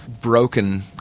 broken